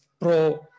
pro